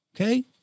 Okay